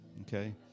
Okay